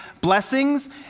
blessings